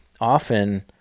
Often